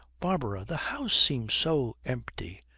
barbara, the house seems so empty.